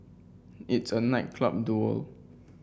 it's a night club duel